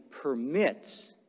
permits